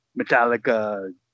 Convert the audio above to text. Metallica